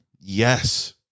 yes